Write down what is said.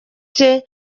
cye